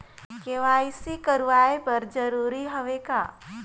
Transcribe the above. KYC कराय बर जरूरी हवे का?